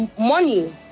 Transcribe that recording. money